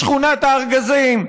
שכונת הארגזים,